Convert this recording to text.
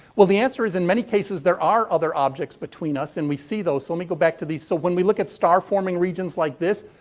well, the answer is, in many cases, there are other objects between us and we see those. so, let me go back to these. so, when we look at star forming regions like this,